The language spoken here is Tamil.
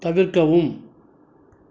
தவிர்க்கவும்